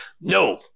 No